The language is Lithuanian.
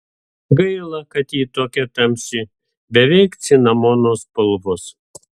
gaila kad ji tokia tamsi beveik cinamono spalvos